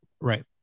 right